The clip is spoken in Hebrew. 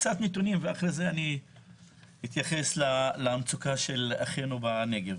קצת נתונים ואחרי זה אתייחס למצוקה של אחינו בנגב.